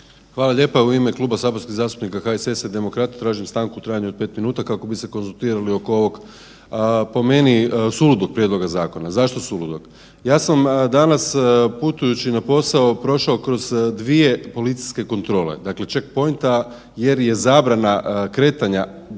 Hvala lijepo. U ime Kluba saborskih zastupnika HSS-a i Demokrata tražim stanku u trajanju od 5 minuta kako bi se konzultirali oko ovog po meni suludog prijedloga zakona. Zašto suludog? Ja sam danas putujući na posao prošao kroz 2 policijske kontrole. Dakle, sheckpointa jer je zabrana kretanja u jednom